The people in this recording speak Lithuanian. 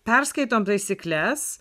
perskaitom taisykles